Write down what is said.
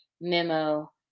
memo